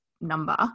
number